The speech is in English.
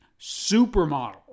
supermodel